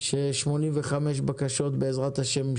ש-85 בקשות בעזרת השם,